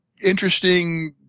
interesting